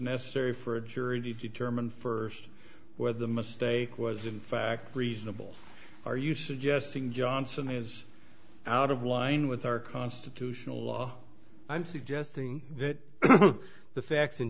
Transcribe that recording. necessary for a jury to determine first whether the mistake was in fact reasonable are you suggesting johnson is out of line with our constitutional law i'm suggesting that the facts and